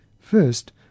First